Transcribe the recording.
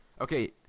Okay